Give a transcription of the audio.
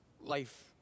life